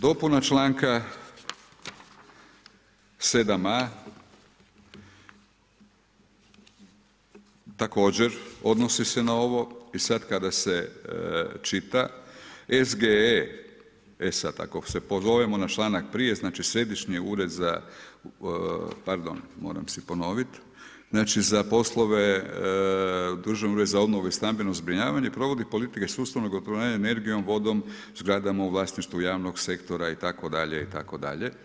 Dopuna čl. 7.a. također odnosi se na ovo i sad kada se čita SGE, e sad, ako se pozovemo na članak prije, znači središnji ured za, pardon, moram si ponoviti, znači za poslove, državni ured za obnovu i stambeno zbrinjavanje provodi politike sustavnog ... energijom, vodom, zgradama u vlasništvu javnog sektora itd., itd.